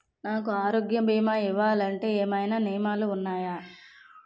నాకు ఆరోగ్య భీమా ఇవ్వాలంటే ఏమైనా నియమాలు వున్నాయా?